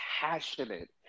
passionate